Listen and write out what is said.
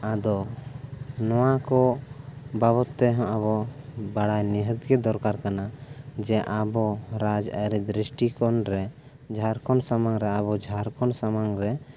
ᱟᱫᱚ ᱱᱚᱣᱟᱠᱚ ᱵᱟᱵᱚᱛ ᱛᱮᱦᱚᱸ ᱟᱵᱚ ᱵᱟᱲᱟᱭ ᱱᱤᱦᱟᱹᱛᱜᱮ ᱫᱚᱨᱠᱟᱨ ᱠᱟᱱᱟ ᱡᱮ ᱟᱵᱚ ᱨᱟᱡᱽᱟᱹᱨᱤ ᱫᱨᱤᱥᱴᱤᱠᱳᱱᱨᱮ ᱡᱷᱟᱲᱠᱷᱚᱸᱰ ᱥᱟᱢᱟᱝᱨᱮ ᱟᱵᱚ ᱡᱷᱟᱲᱠᱷᱚᱸᱰ ᱥᱟᱢᱟᱝᱨᱮ